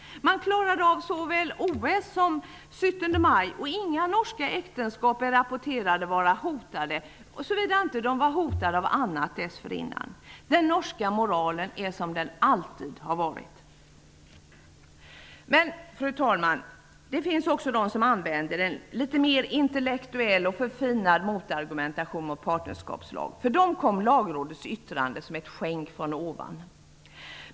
Man klarade såväl OS som 17 maj, och inga norska äktenskap rapporteras vara hotade -- såvida de inte var hotade av annat dessförinnan. Den norska moralen är som den alltid har varit. Fru talman! Det finns också de som använder en litet mer intellektuell och förfinad motargumentation mot partnerskapslagen. För dem kom Lagrådets yttrande som en skänk från ovan.